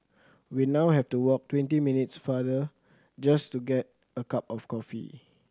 we now have to walk twenty minutes farther just to get a cup of coffee